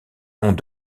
noms